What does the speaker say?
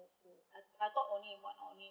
I thought only one only